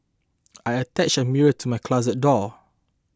I attached a mirror to my closet door